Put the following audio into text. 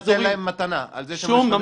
תן להם מתנה על זה שהם שפני ניסיון.